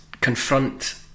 confront